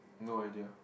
no idea